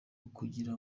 ukugira